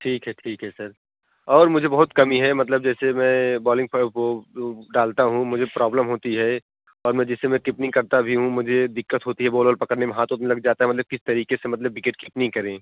ठीक है ठीक है सर और मुझे बहुत कमी है मतलब जैसे मैं बॉलिंग डालता हूँ मुझे प्रोब्लम होती है और मैं जैसे मैं किप्लिंग करता हूँ मुझे दिक्कत होती है बॉल ऑल पकड़ने में हाथ उथ में लग जाता है मतलब किस तरीक़े से मतलब बिकेट किप्निंग करें